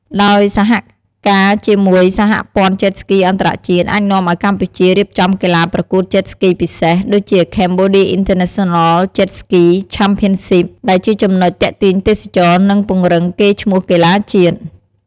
ដោយសហការជាមួយសហព័ន្ធ Jet Ski អន្តរជាតិ អាចនាំឱ្យកម្ពុជា រៀបចំកីឡាប្រកួត Jet Ski ពិសេស ដូចជា “Cambodia International Jet Ski Championship” ដែលជាចំណុចទាក់ទាញទេសចរណ៍ និងពង្រឹងកេរ្តិ៍ឈ្មោះកីឡាជាតិ។